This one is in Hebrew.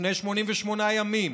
לפני 88 ימים